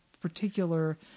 particular